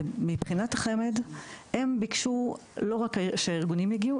ומבחינת החמד הם ביקשו לא רק שהארגונים יגיעו,